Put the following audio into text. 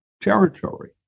territory